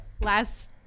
last